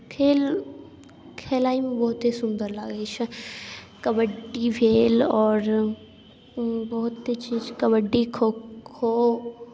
खेल खेलाइमे बहुते सुन्दर लागैत छै कबड्डी भेल आओर बहुते चीज कबड्डी खो खो